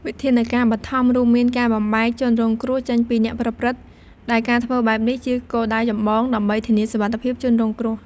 វិធានការបឋមរួមមានការបំបែកជនរងគ្រោះចេញពីអ្នកប្រព្រឹត្ត ដែលការធ្វើបែបនេះជាគោលដៅចម្បង ដើម្បីធានាសុវត្ថិភាពជនរងគ្រោះ។